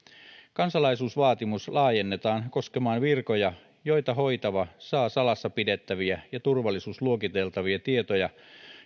kansalaisuusvaatimus laajennetaan koskemaan virkoja joita hoitava saa salassa pidettäviä ja turvallisuusluokiteltavia tietoja